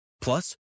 Plus